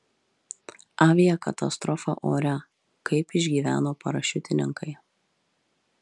aviakatastrofa ore kaip išgyveno parašiutininkai